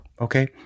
okay